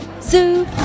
Zoo